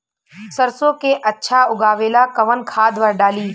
सरसो के अच्छा उगावेला कवन खाद्य डाली?